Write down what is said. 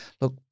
Look